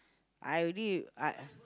I already I